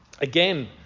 Again